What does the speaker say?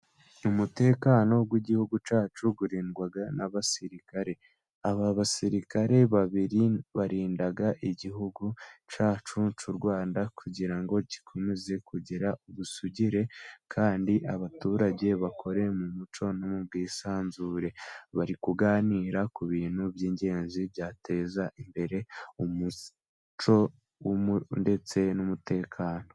Umutekano w'Igihugu cyacu urindwaga n'abasirikare. Aba basirikare babiri barindaga Igihugu cyacu cy'u Rwanda kugira ngo gikomeze kugira ubusugire, kandi abaturage bakore mu mucyo no mu bwisanzure. Bari kuganira ku bintu by'ingenzi byateza imbere umuco ndetse n'umutekano.